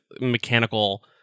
mechanical